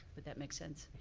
would that make sense?